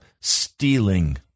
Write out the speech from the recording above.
stealing